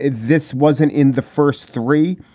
this wasn't in the first three.